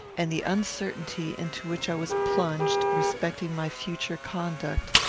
and the uncertainty into which i was plunged respecting my future conduct,